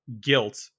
guilt